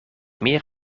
meer